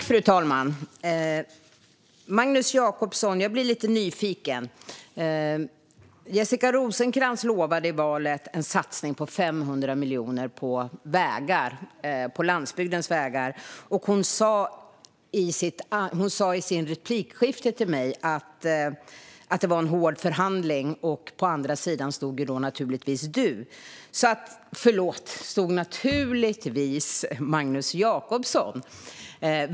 Fru talman! Jag blir lite nyfiken. Jessica Rosencrantz lovade i valet en satsning på landsbygdens vägar med 500 miljoner kronor, och hon sa i replikskiftet med mig att det var en hård förhandling. På andra sidan stod naturligtvis Magnus Jacobsson.